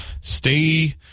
stay